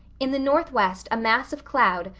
in the northwest a mass of cloud,